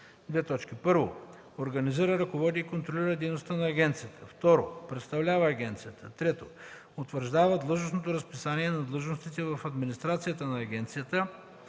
операции”: 1. организира, ръководи и контролира дейността на агенцията; 2. представлява агенцията; 3. утвърждава длъжностното разписание на длъжностите в администрацията на агенцията